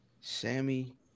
Sammy